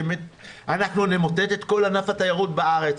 אנחנו נמוטט את כל ענף התיירות בארץ,